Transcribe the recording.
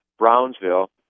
Brownsville